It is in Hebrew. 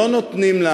לא נותנים לה